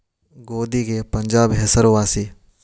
ಗೋಧಿಗೆ ಪಂಜಾಬ್ ಹೆಸರು ವಾಸಿ